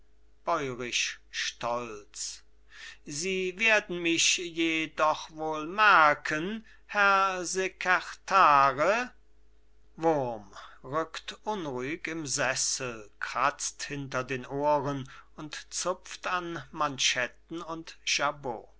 sein bäurisch stolz sie werden mich ja doch wohl merken herr sekertare wurm rückt unruhig im sessel kratzt hinter den ohren und zupft an manschetten und